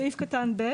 בסעיף קטן (ב),